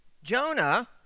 Jonah